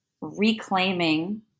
reclaiming